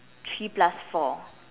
three plus four